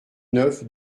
neuf